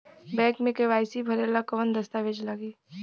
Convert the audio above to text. Bank मे KYC भरेला कवन दस्ता वेज लागी?